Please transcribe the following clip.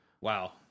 Wow